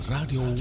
Radio